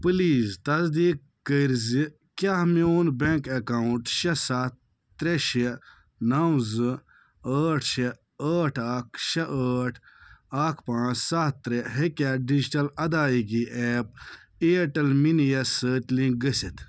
please تصدیٖق کٔرۍ زِ کیٛاہ میٛون بیٚنٛک ایٚکاونٛٹ شےٚ سَتھ ترٛےٚ شےٚ نَو زٕ ٲٹھ شےٚ ٲٹھ اکھ شےٚ ٲٹھ اکھ پانٛژھ سَتھ ترٛےٚ ہیٚکیٛاہ ڈِجٹل ادایگی ایپ اِیَرٹیٚل موٚنی یَس سۭتۍ لِنٛک گٔژھِتھ